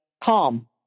calm